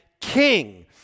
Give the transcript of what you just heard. King